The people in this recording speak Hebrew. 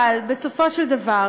אבל, בסופו של דבר,